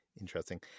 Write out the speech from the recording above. Interesting